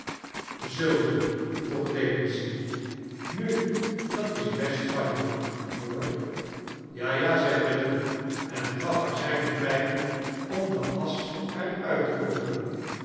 zul je vroeg clemency nu dat is best van je hoor ja ja zei britain en gaf haar zijne pijp om de asch er uit te kloppen